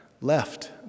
left